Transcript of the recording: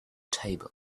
table